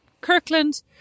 Kirkland